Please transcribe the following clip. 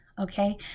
Okay